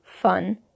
fun